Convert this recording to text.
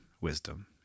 wisdom